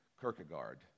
Kierkegaard